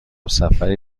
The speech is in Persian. سفری